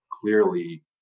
clearly